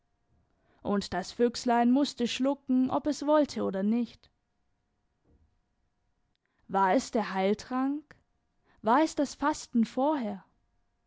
und das füchslein mußte schlucken ob es wollte oder nicht war es der heiltrank war es das fasten vorher